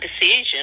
decision